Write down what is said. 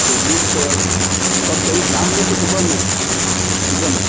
चलिए तब कब चाहिए शाम में कि दोपहर में सुबह में